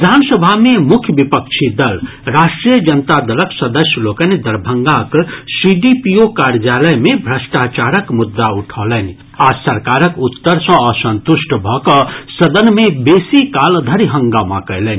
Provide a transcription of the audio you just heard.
विधानसभा मे मुख्य विपक्षी दल राष्ट्रीय जनता दलक सदस्य लोकनि दरभंगाक सीडीपीओ कार्यालय मे भ्रष्टाचारक मुद्दा उठौलनि आ सरकारक उत्तर सँ असंतुष्ट भऽ कऽ सदन मे बेसी काल धरि हंगामा कयलनि